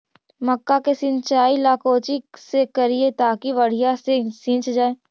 मक्का के सिंचाई ला कोची से करिए ताकी बढ़िया से सींच जाय?